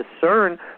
discern